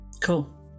Cool